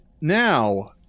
now